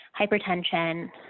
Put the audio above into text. hypertension